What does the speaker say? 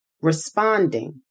responding